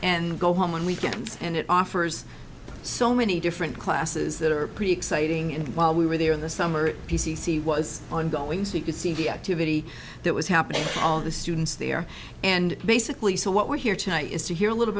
and go home on weekends and it offers so many different classes that are pretty exciting and while we were there in the summer p c c was ongoing so you could see the activity that was happening all of the students there and basically so what we're here tonight is to hear a little